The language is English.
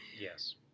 Yes